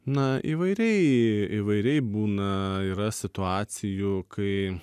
na įvairiai įvairiai būna yra situacijų kai